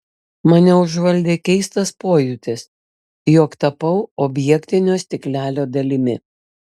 mane užvaldė keistas pojūtis jog tapau objektinio stiklelio dalimi